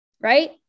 right